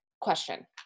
question